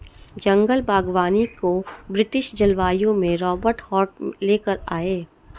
जंगल बागवानी को ब्रिटिश जलवायु में रोबर्ट हार्ट ले कर आये